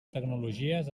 tecnologies